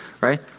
right